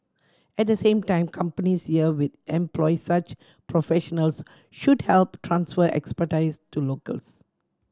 at the same time companies here with employ such professionals should help transfer expertise to locals